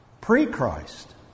pre-Christ